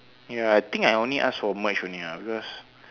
ya I think I only ask for merch only ah because